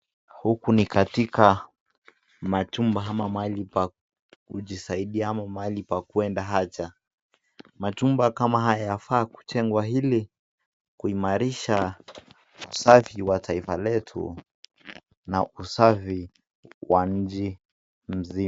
Huku ni katika majumba ama mahali pa kujisaidia ama mahali pa kuenda haja. Majumba kama haya yafaa kujengwa ili kuimarisha usafi wa taifa letu na usafi wa nchi nzima.